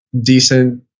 decent